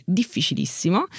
difficilissimo